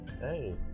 Hey